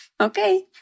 Okay